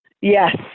Yes